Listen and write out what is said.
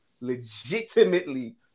legitimately